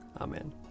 Amen